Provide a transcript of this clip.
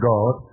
God